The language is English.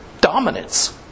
dominance